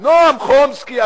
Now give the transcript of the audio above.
נועם חומסקי,